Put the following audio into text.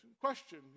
question